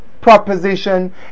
proposition